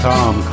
Tom